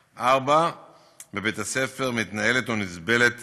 4. בבית-הספר מתנהלת או נסבלת